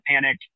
panic